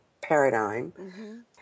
paradigm